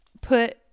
put